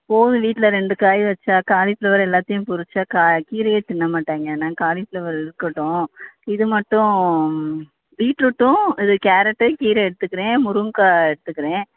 போதும் வீட்டில் ரெண்டு காய் வைச்சா காலிஃப்ளவர் எல்லாத்தையும் பொரித்தா கா கீரையை தின்ன மாட்டாங்க அதனால காலிஃப்ளவர் இருக்கட்டும் இது மட்டும் பீட்ரூட்டும் இது கேரட்டு கீரை எடுத்துக்கிறேன் முருங்கைக்கா எடுத்துக்கிறேன்